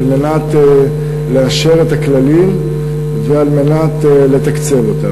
כדי לאשר את הכללים וכדי לתקצב אותם.